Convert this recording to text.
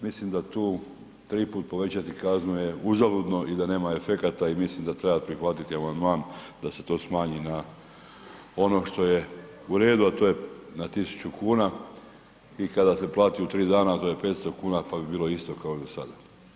Mislim da tu 3 put povećati kaznu je uzaludno i da nema efekata i mislim da treba prihvatiti amandman da se to smanji na ono što je u redu, a to je na 1.000 kuna i kada se plati u 3 dana to je 500 kuna pa bi bilo isto kao i do sada.